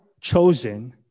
chosen